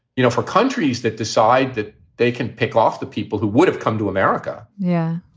you know, for countries that decide that they can pick off the people who would have come to america. yeah,